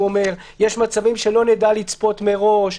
הוא אומר, יש מצבים שלא נדע לצפות מראש.